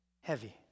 heavy